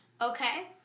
Okay